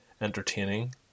entertaining